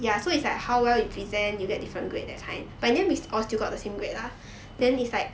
ya so it's like how well you present you get different grade that time pioneer resource you got the same rate ah then decide